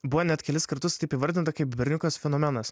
buvo net kelis kartus taip įvardinta kaip berniukas fenomenas